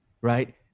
right